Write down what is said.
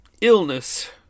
illness